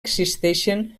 existeixen